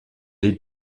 est